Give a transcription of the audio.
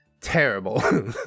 terrible